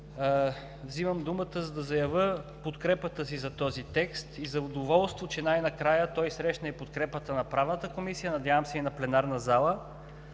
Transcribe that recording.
Вземам думата, за да заявя подкрепата си за този текст и задоволство, че най-накрая той срещна и подкрепата на Правната комисия, надявам се и на пленарната зала.